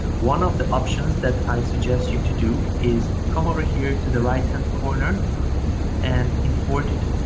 one of the options that i suggest you to do is come over here to the right hand corner and import it,